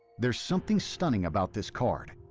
there's something stunning about this card.